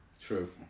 True